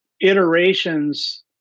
iterations